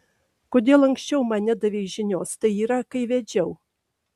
kodėl anksčiau man nedavei žinios tai yra kai vedžiau